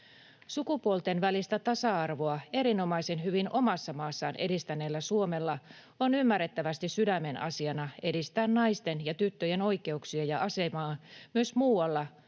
Sukupuolten välistä tasa-arvoa erinomaisen hyvin omassa maassaan edistäneellä Suomella on ymmärrettävästi sydämen asiana edistää naisten ja tyttöjen oikeuksia ja asemaa myös muualla